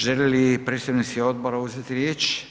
Žele li predstavnici odbora uzeti riječ?